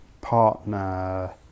partner